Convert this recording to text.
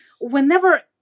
whenever